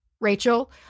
Rachel